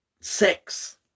sex